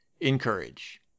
encourage